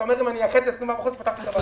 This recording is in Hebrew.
אתה אומר שאם תאחד 24 חודשים פתרת את הבעיה.